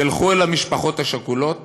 תלכו אל המשפחות השכולות